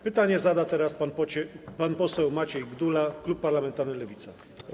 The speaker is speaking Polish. Pytanie zada teraz pan poseł Maciej Gdula, klub parlamentarny Lewica.